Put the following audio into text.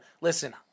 listen